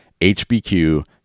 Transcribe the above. HBQ